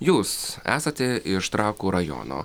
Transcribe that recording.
jūs esate iš trakų rajono